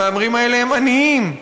המהמרים האלה הם עניים,